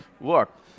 look